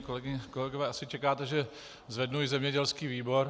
Kolegyně, kolegové, asi čekáte, že zvednu i zemědělský výbor.